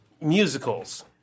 musicals